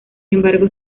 embargo